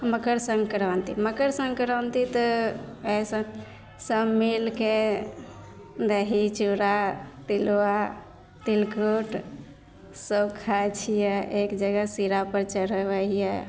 मकरसन्क्रान्ति मकरसन्क्रान्ति तऽ अइसा सभ मिलिके दही चूड़ा तिलबा तिलकुट सब खाइ छिए एकजगह सिरापर चढ़बै हिए